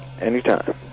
Anytime